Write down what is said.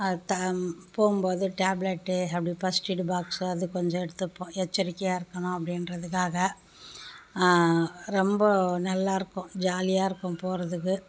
அது போகும்போது டேப்லெட்டு அப்படி ஃபர்ஸ்ட் எயிட் பாக்ஸ் அது கொஞ்சம் எடுத்துப்போம் எச்சரிக்கையாக இருக்கணும் அப்படின்றதுக்காக ரொம்ப நல்லாயிருக்கும் ஜாலியாக இருக்கும் போவதுக்கு